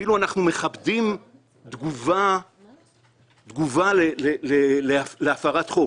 כאילו אנחנו מצדיקים תגובה להפרת חוק